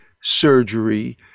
surgery